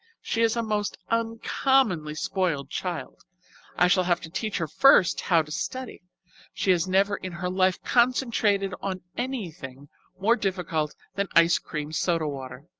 she is a most uncommonly spoiled child i shall have to teach her first how to study she has never in her life concentrated on anything more difficult than ice-cream soda water.